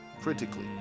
critically